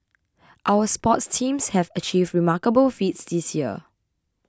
our sports teams have achieved remarkable feats this year